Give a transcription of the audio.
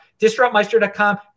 disruptmeister.com